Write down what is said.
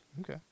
Okay